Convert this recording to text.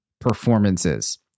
performances